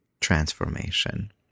transformation